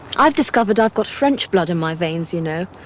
i've discovered i've got french blood in my veins, you know.